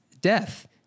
death